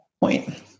Point